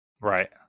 Right